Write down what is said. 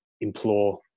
implore